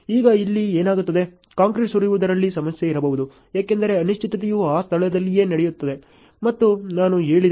ಈಗ ಇಲ್ಲಿ ಏನಾಗುತ್ತದೆ ಕಾಂಕ್ರೀಟ್ ಸುರಿಯುವುದರಲ್ಲಿ ಸಮಸ್ಯೆ ಇರಬಹುದು ಏಕೆಂದರೆ ಅನಿಶ್ಚಿತತೆಯು ಆ ಸ್ಥಳದಲ್ಲಿಯೇ ನಡೆಯುತ್ತದೆ ಎಂದು ನಾನು ಹೇಳಿದೆ